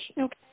Okay